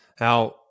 Now